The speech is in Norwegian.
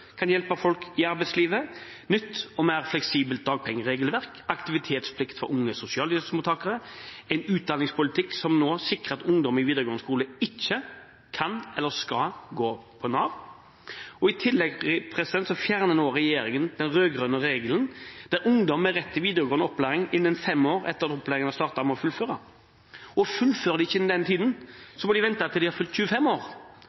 kan hjelpe folk i arbeidslivet, et nytt og mer fleksibelt dagpengeregelverk, aktivitetsplikt for unge sosialhjelpsmottakere, en utdanningspolitikk som nå sikrer at ungdom i videregående skole ikke kan eller skal gå på Nav. I tillegg fjerner regjeringen nå den rød-grønne regelen der ungdom med rett til videregående opplæring må fullføre innen fem år etter at opplæringen startet. Fullfører de ikke innen den tiden, må de vente til de har fylt 25 år